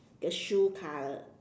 the shoe color